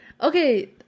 Okay